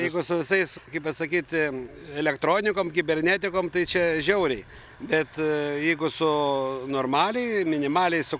jeigu su visais kaip pasakyti elektronikom kibernetikom tai čia žiauriai bet jeigu su normaliai minimaliai su